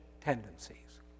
tendencies